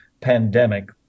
pandemic